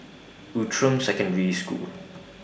Outram Secondary School